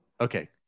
okay